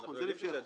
נכון, זה לפי החוק.